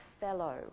fellow